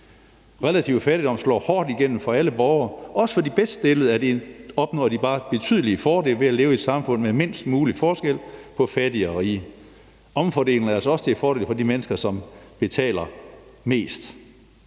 Relativ fattigdom slår hårdt igennem for alle borgere, og også de bedst stillede opnår bare betydelige fordele ved at leve i et samfund med mindst mulig forskel på fattige og rige. Omfordelingen er altså også til fordel for de mennesker, som betaler mest.